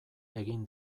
egin